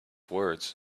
words